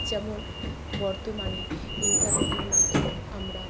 যেমন বর্তমানে ইন্টারনেটের মাধ্যমে আমরা